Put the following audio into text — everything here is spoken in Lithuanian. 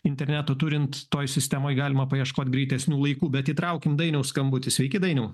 interneto turint toj sistemoj galima paieškot greitesnių laikų bet įtraukim dainiaus skambutį sveiki dainiau